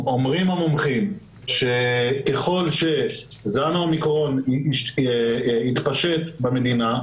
אומרים המומחים שככל שזן האומיקרון יתפשט במדינה,